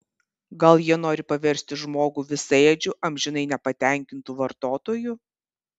gal jie nori paversti žmogų visaėdžiu amžinai nepatenkintu vartotoju